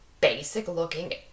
basic-looking